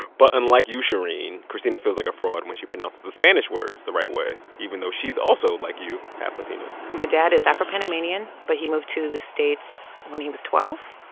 but unlike you, shereen, kristina feels like a fraud when she pronounces the spanish words the right way, even though she's also, like you, half latina my dad is afro-panamanian, but he moved to the states when he was twelve.